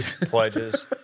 Pledges